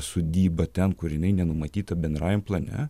sodybą ten kur jinai nenumatyta bendrajam plane